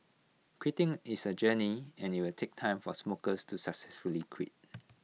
quitting is A journey and IT will take time for smokers to successfully quit